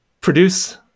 produce